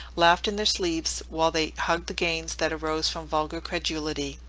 laughed in their sleeves, while they hugged the gains that arose from vulgar credulity.